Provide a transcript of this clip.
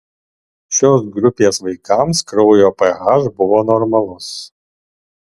šios grupės vaikams kraujo ph buvo normalus